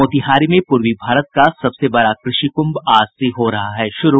मोतिहारी में पूर्वी भारत का सबसे बड़ा कृषि कुंभ आज से हो रहा है शुरू